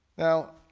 now